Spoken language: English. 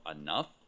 enough